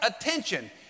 attention